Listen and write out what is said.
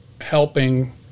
helping